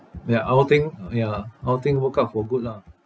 ya all thing ya all thing work out for good lah